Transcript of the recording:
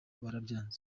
barabyanze